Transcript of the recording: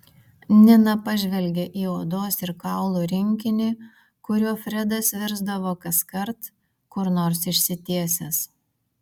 nina pažvelgė į odos ir kaulų rinkinį kuriuo fredas virsdavo kaskart kur nors išsitiesęs